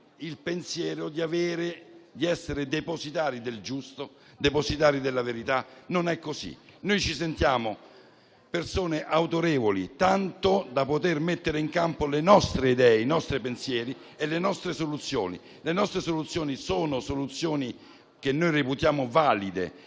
il pensiero di essere depositari del giusto e della verità, ma non è così. Noi ci sentiamo persone autorevoli, tanto da poter mettere in campo le nostre idee, i nostri pensieri e le nostre soluzioni. Le nostre sono soluzioni che reputiamo valide